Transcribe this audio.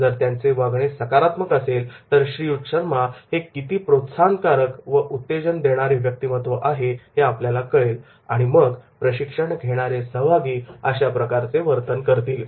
जर त्यांचे वागणे सकारात्मक असेल तर श्रीयुत शर्मा हे किती प्रोत्साहनकारक व उत्तेजन देणारे व्यक्तिमत्व आहे हे आपल्याला कळेल आणि मग प्रशिक्षण घेणारे सहभागी अशा प्रकारचे वर्तन करतील